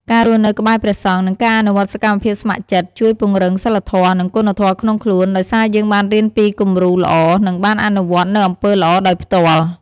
ការរស់នៅក្បែរព្រះសង្ឃ និងការអនុវត្តសកម្មភាពស្ម័គ្រចិត្ត ជួយពង្រឹងសីលធម៌ និងគុណធម៌ក្នុងខ្លួន ដោយសារយើងបានរៀនពីគំរូល្អ និងបានអនុវត្តនូវអំពើល្អដោយផ្ទាល់។